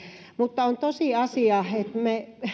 mutta on tosiasia että me